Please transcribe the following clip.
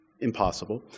Impossible